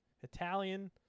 Italian